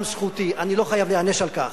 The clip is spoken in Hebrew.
גם זכותי, אני לא חייב להיענש על כך.